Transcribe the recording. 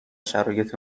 شرایط